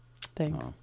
thanks